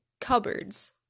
Cupboards